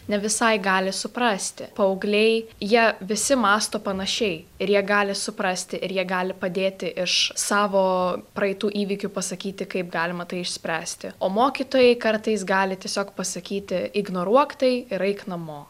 ne visai gali suprasti paaugliai jie visi mąsto panašiai ir jie gali suprasti ir jie gali padėti iš savo praeitų įvykių pasakyti kaip galima tai išspręsti o mokytojai kartais gali tiesiog pasakyti ignoruok tai ir eik namo